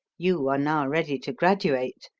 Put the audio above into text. you are now ready to graduate.